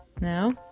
no